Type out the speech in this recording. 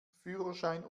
führerschein